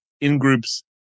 in-groups